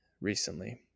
recently